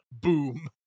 boom